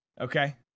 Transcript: Okay